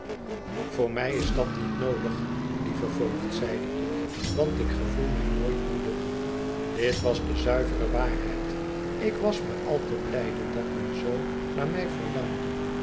voor mij is dat niet noodig lieve voogd zeide ik want ik gevoel mij nooit moede dit was de zuivere waarheid ik was maar al te blijde dat men zoo naar mij verlangde